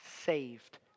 saved